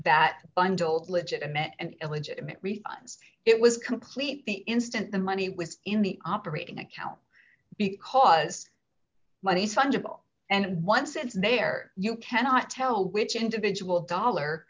bundled legitimate and illegitimate refunds it was complete the instant the money was in the operating account because money is fungible and once it's there you cannot tell which individual dollar